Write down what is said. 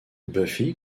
buffy